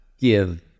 give